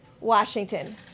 Washington